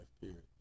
period